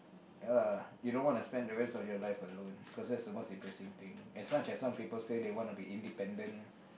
ya lah you don't wanna spend the rest of your life alone cause that's the most depressing thing as much as some people say they wanna be independent